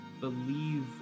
believe